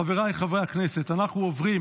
חבריי חברי הכנסת, אנחנו עוברים